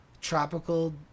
tropical